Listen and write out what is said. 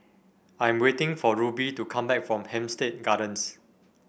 I am waiting for Ruby to come back from Hampstead Gardens